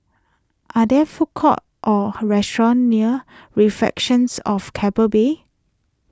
are there food courts or restaurants near Reflections of Keppel Bay